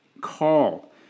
call